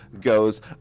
goes